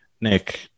Nick